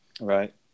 Right